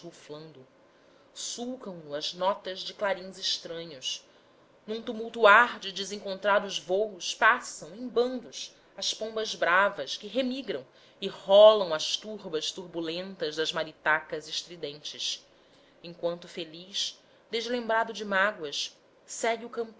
ruflando sulcam nos notas de clarins estranhos num tumultuar de desencontrados vôos passam em bandos as pombas bravas que remigram e rolam as turbas turbulentas das maritacas estridentes enquanto feliz deslembrado de mágoas segue o